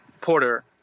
Porter